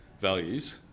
values